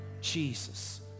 Jesus